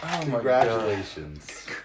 Congratulations